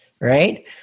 right